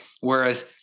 Whereas